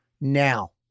now